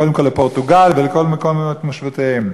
קודם כול לפורטוגל ולכל מקומות מושבותיהם.